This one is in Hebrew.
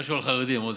משהו על חרדים, עודד.